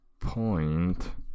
point